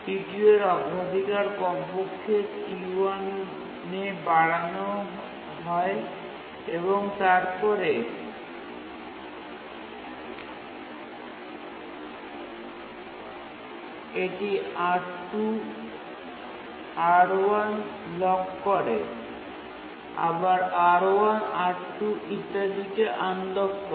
T2 এর অগ্রাধিকার T1 পর্যন্ত বাড়ানো হয় এবং তারপরে এটি R2 R1 লক করে এবং আবার R1 R2 ইত্যাদিকে আনলক করে